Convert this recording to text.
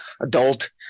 adult